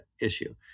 issue